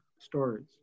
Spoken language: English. stories